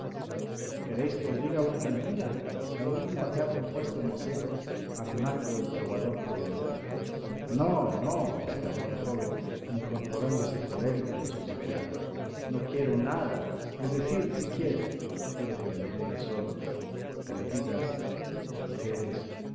queréis que os diga una cantiga la última que ha compuesto mosén arnaldo el trovador provenzal no no exclamó el joven incorporándose colérico en su sitial no quiero nada es decir sí quiero quiero que me dejéis solo cantigas mujeres